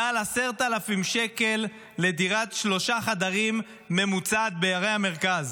מעל 10,000 שקל לדירת שלושה חדרים ממוצעת בערי המרכז.